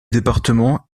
département